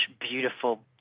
beautiful